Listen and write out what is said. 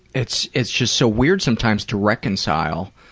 it's it's just so weird sometimes to reconcile